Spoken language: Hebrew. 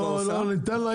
אני אגיד לך,